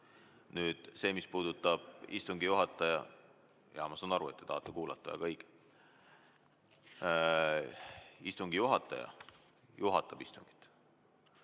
See, mis puudutab istungi juhatajat – jaa, ma saan aru, et te tahate kuulata, väga õige. Istungi juhataja juhatab istungit